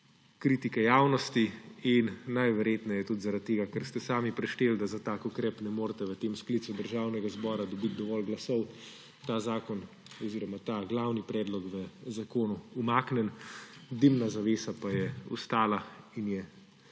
kritike javnosti in najverjetneje tudi zaradi tega, ker ste sami prešteli, da za tak ukrep ne morete v tem sklicu Državnega zbora dobiti dovolj glasov, ta glavni predlog v zakonu umaknjen, dimna zavesa pa je ostala in je